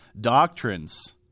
doctrines